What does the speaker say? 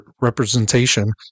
representation